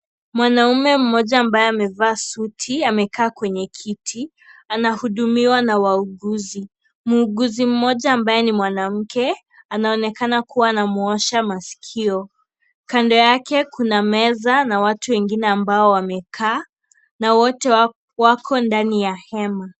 Mwanaume mmoja ambaye amevaa suti amekaa kwenye kiti, anahudumiwa na wauguzi. Muuguzi mmoja ambaye ni mwanamke, anaonekana kuwa anamwosha sikio. Kando yake kuna meza na watu wengine ambao wamekaa, na wote wako ndani ya hema.